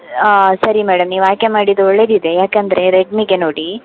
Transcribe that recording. ಹಾಂ ಸರಿ ಮೇಡಮ್ ನೀವು ಆಯ್ಕೆ ಮಾಡಿದ್ದು ಒಳ್ಳೆಯದಿದೆ ಯಾಕಂದರೆ ರೆಡ್ಮಿಗೆ ನೋಡಿ